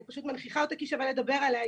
אני פשוט מנכיחה אותה כי שווה לדבר עליה.